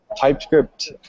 TypeScript